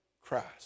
Christ